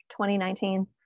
2019